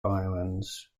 islands